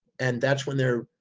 and that's when they're,